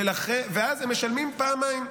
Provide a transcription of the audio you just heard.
-- ואז הם משלמים פעמיים.